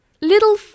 Little